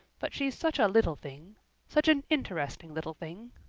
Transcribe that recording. but she's such a little thing such an interesting little thing.